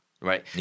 right